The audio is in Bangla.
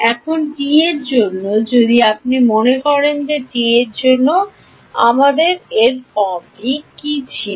এখন টি এর জন্য যদি আপনি মনে করেন যে টি এর জন্য আমাদের কী ফর্ম ছিল